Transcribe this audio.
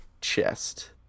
chest